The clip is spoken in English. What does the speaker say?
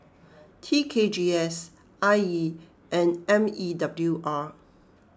T K G S I E and M E W R